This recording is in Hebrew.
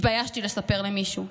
התביישתי לספר למישהו,